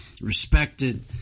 respected